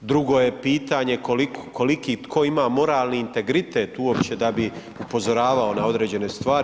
Drugo je pitanje koliki tko ima moralni integritet uopće da bi upozoravao na određene stvari.